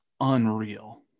unreal